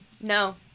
no